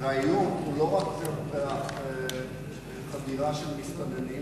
והאיום הוא לא רק בחדירה של מסתננים,